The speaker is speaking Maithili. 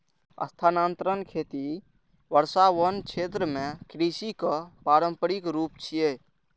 स्थानांतरण खेती वर्षावन क्षेत्र मे कृषिक पारंपरिक रूप छियै